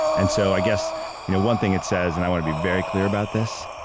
and so i guess you know one thing it says, and i want to be very clear about this,